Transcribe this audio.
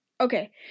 okay